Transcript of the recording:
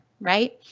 right